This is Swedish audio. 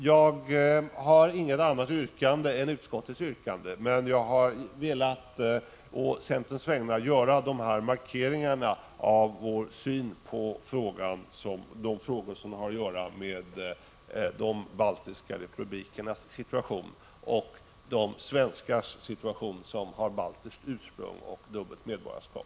Jag har inget annat yrkande än bifall till utskottets hemställan, men jag har å centerns vägnar velat göra de här markeringarna av vår syn på de frågor som har att göra med de baltiska republikernas situation och läget för de svenskar som har baltiskt ursprung och dubbelt medborgarskap.